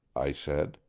i said.